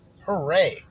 Hooray